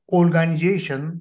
organization